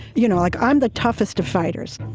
you know like i'm the toughest of fighters.